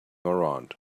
around